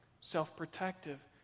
self-protective